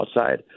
outside